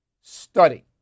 study